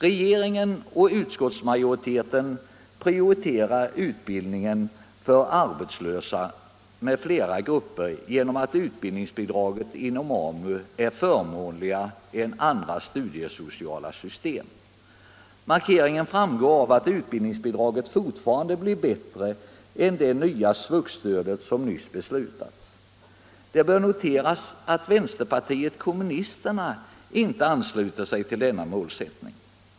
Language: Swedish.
Regeringen och utskottsmajoriteten prioriterar utbildningen för arbetslösa m.fl. grupper genom att utbildningsbidraget inom AMU är förmånligare än inom andra studiesociala system. Markeringen framgår av att utbildningsbidraget fortfarande blir bättre än det nya SVUX-stöd som nyss beslutats. Det bör noteras att vänsterpartiet kommunisterna inte ansluter sig till denna målsättning.